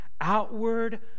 outward